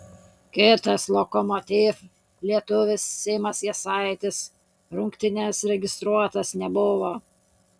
kitas lokomotiv lietuvis simas jasaitis rungtynės registruotas nebuvo